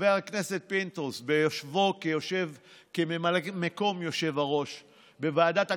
חבר הכנסת פינדרוס ביושבו כממלא מקום היושב-ראש בוועדת הכספים,